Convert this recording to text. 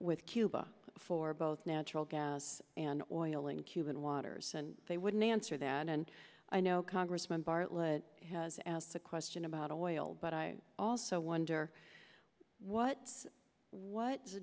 with cuba for both natural gas and oil in cuban waters and they wouldn't answer that and i know congressman bartlett has asked a question about oil but i also wonder what what